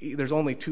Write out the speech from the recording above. there's only two